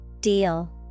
deal